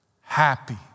Happy